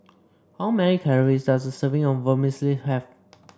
how many calories does a serving of Vermicelli have